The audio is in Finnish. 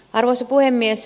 arvoisa puhemies